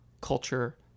culture